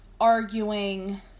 arguing